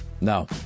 No